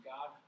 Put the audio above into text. God